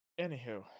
Anywho